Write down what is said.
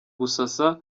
gusasa